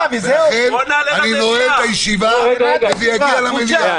אני נועל את הישיבה וזה יגיע למליאה.